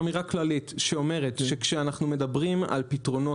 אמירה כללית שאומרת שכשאנחנו מדברים על פתרונות